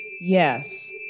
yes